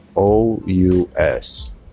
O-U-S